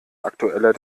aktueller